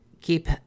keep